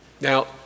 Now